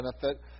benefit